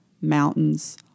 mountains